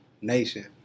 nation